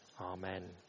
Amen